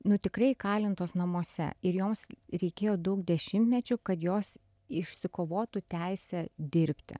nu tikrai įkalintos namuose ir joms reikėjo daug dešimtmečių kad jos išsikovotų teisę dirbti